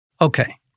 Okay